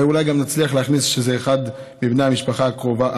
ואולי גם נצליח להכניס אחד מבני המשפחה הקרובה,